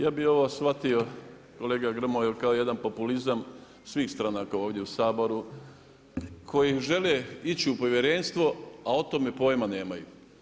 Ja bi ovo shvatio, kolega Grmoja kao jedan populizam svih stranaka ovdje u Saboru, koji žele ići u povjerenstvo a o tome pojma nemaju.